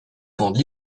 bande